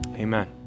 Amen